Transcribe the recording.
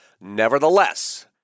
Nevertheless